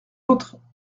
autres